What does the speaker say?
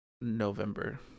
November